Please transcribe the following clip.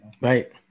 right